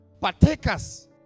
Partakers